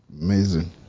Amazing